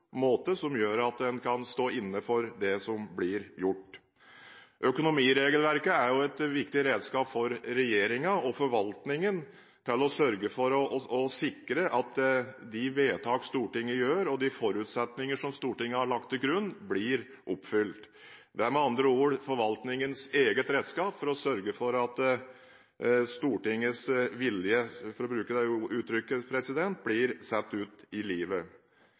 måte som gjør at en kan stå inne for det som blir gjort. Økonomiregelverket er et viktig redskap for regjeringen og forvaltningen til å sørge for å sikre at de vedtak Stortinget gjør, og de forutsetninger som Stortinget har lagt til grunn, blir oppfylt. Det er med andre ord forvaltningens eget redskap for å sørge for at Stortingets vilje – for å bruke det uttrykket – blir satt ut i livet.